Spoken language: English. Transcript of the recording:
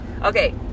Okay